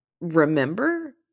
remember